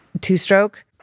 two-stroke